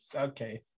Okay